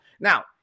Now